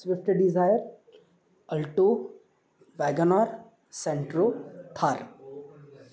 swift desire alto Wagon R Santro Thar